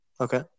okay